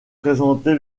présenté